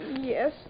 Yes